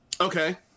Okay